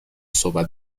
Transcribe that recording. صحبت